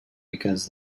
because